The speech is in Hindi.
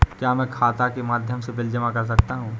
क्या मैं खाता के माध्यम से बिल जमा कर सकता हूँ?